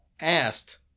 asked